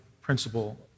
principle